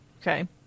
Okay